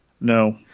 No